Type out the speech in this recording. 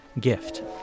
gift